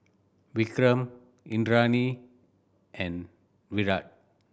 Vikram Indranee and Virat